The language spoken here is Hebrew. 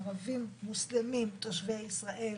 ערבים מוסלמים תושבי ישראל,